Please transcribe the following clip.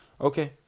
Okay